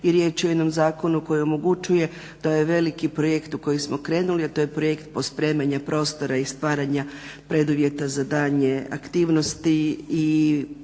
i riječ je o jednom zakonu koji omogućuje da ovaj veliki projekt u koji smo krenuli, a to je projekt pospremanje prostora i stvaranja preduvjeta za daljnje aktivnosti